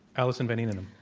alison van eenennaam.